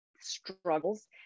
struggles